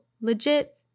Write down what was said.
legit